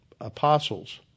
apostles